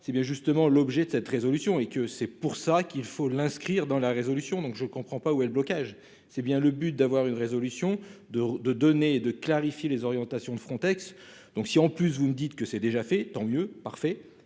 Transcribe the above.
c'est bien justement l'objet de cette résolution et que c'est pour ça qu'il faut l'inscrire dans la résolution. Donc je comprends pas où est le blocage c'est bien le but d'avoir une résolution de de donner de clarifier les orientations de Frontex. Donc si en plus vous me dites que c'est déjà fait, tant mieux. Parfait.